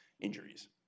injuries